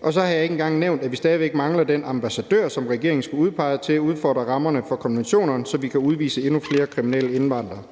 Og så har jeg ikke engang nævnt, at vi stadig væk mangler den ambassadør, som regeringen skulle udpege til at udfordre rammerne for konventionerne, så vi kan udvise endnu flere kriminelle indvandrere.